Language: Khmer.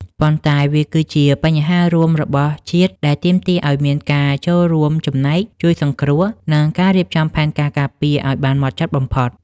ប៉ុន្តែវាគឺជាបញ្ហារួមរបស់ជាតិដែលទាមទារឱ្យមានការចូលរួមចំណែកជួយសង្គ្រោះ និងការរៀបចំផែនការការពារឱ្យបានហ្មត់ចត់បំផុត។